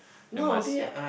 then must